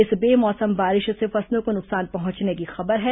इस बेमोसम बारिश से फसलों को नुकसान पहुंचने की खबर है